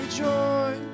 joy